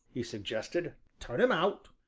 he suggested, turn em out.